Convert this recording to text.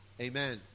amen